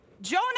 Jonah